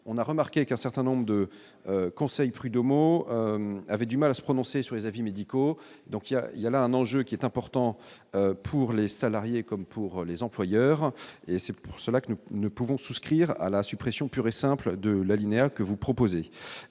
on a remarqué qu'un certain nombre de conseils prud'homaux avaient du mal à se prononcer sur les avis médicaux, donc il y a, il y a là un enjeu qui est important pour les salariés comme pour les employeurs, et c'est pour cela que nous ne pouvons souscrire à la suppression pure et simple de l'alinéa que vous proposez,